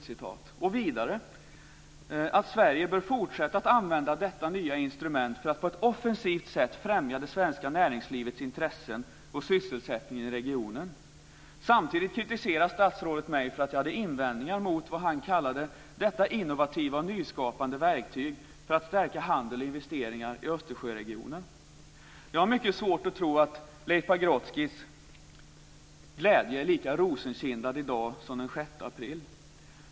Vidare sade han att Sverige bör fortsätta att använda detta nya instrument för att på ett offensivt sätt främja det svenska näringslivets intressen och sysselsättningen i regionen. Samtidigt kritiserade statsrådet mig för att jag hade invändningar mot vad han kallade ett innovativt, nyskapande verktyg för att stärka handel och investeringar i Östersjöregionen. Jag har mycket svårt att tro att Leif Pagrotskys glädje är lika rosenkindad i dag som den 6 april.